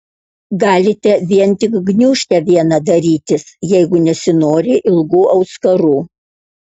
galite vien tik gniūžtę vieną darytis jeigu nesinori ilgų auskarų